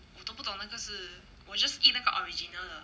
我都不懂那个是我 just eat 那个 original 的